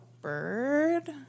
bird